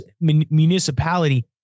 municipality